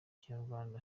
kinyarwanda